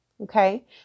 Okay